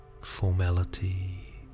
formality